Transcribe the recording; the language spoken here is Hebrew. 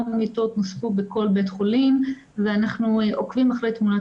מיטות נוספו בכל בית חולים ואנחנו עוקבים אחרי תמונת